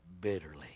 bitterly